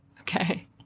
Okay